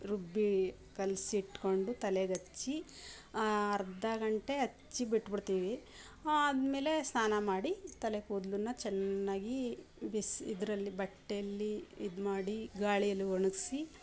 ರುಬ್ಬಿ ಕಲಿಸಿಟ್ಕೊಂಡು ತಲೆಗೆ ಹಚ್ಚಿ ಅರ್ಧ ಗಂಟೆ ಹಚ್ಚಿ ಬಿಟ್ಟುಬಿಡ್ತಿವಿ ಆದಮೇಲೆ ಸ್ನಾನ ಮಾಡಿ ತಲೆ ಕೂದ್ಲನ್ನು ಚೆನ್ನಾಗಿ ಬಿಸಿ ಇದರಲ್ಲಿ ಬಟ್ಟೆಯಲ್ಲಿ ಇದುಮಾಡಿ ಗಾಳಿಯಲ್ಲಿ ಒಣಗಿಸಿ